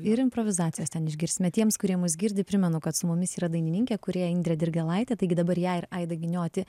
ir improvizacijas ten išgirsime tiems kurie mus girdi primenu kad su mumis yra dainininkė kūrėja indrė dirgėlaitė taigi dabar ją ir aidą giniotį